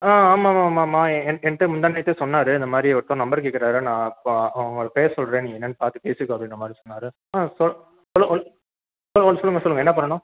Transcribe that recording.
ஆ ஆமாம்மாம்மாம்மா என் என் என்கிட்ட முந்தாநேற்றியே சொன்னார் இந்தமாதிரி ஒருத்தவர் நம்பர் கேட்குறாரு நான் அப்போ அவங்க பேர் சொல்கிறேன் நீ என்னென்னு பார்த்து பேசிக்கோ அப்படின்ற மாதிரி சொன்னார் ஆ சொல் சொல் சொல் ஓ ஓ சொல்லுங்க சொல்லுங்க என்ன பண்ணணும்